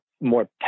more